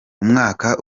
umwaka